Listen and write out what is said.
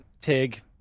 Tig